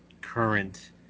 current